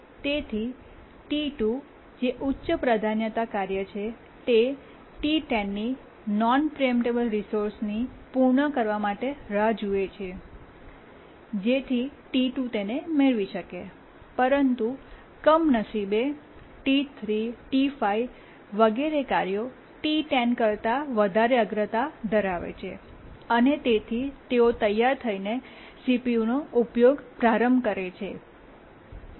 તેથી T2 જે ઉચ્ચ પ્રાધાન્યતા કાર્ય છે તે T10 ની નોન પ્રીએમ્પટેબલ રિસોર્સને પૂર્ણ કરવા માટે રાહ જુએ છે જેથી T2 તેને મેળવી શકે પરંતુ કમનસીબે T3 T5 વગેરે કાર્યો T10 કરતા વધારે અગ્રતા ધરાવે છે અને તેથી તેઓ તૈયાર થઈને CPU નો ઉપયોગ પ્રારંભ કરે છે